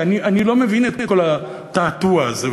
כי אני לא מבין את כל התעתוע הזה.